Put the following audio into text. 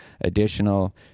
additional